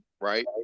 right